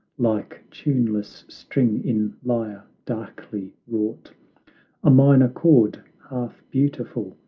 like tuneless string in lyre, darkly wrought a minor chord, half beautiful,